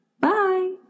bye